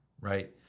right